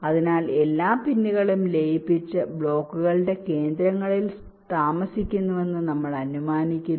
അതിനാൽ എല്ലാ പിന്നുകളും ലയിപ്പിച്ച് ബ്ലോക്കുകളുടെ കേന്ദ്രങ്ങളിൽ താമസിക്കുന്നുവെന്ന് ഞങ്ങൾ അനുമാനിക്കുന്നു